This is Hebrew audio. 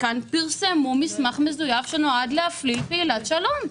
כאן פרסמו מסמך מזויף שנועד להפליל פעילת שלום.